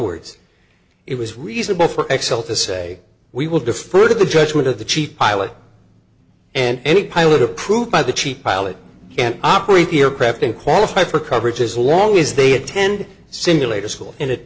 words it was reasonable for xcel to say we will defer to the judgment of the chief pilot and any pilot approved by the cheap pilot can operate the aircraft and qualify for coverage as long as they attend simulator school in at